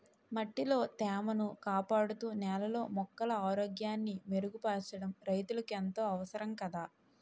మట్టిలో తేమను కాపాడుతూ, నేలలో మొక్కల ఆరోగ్యాన్ని మెరుగుపరచడం రైతులకు ఎంతో అవసరం కదా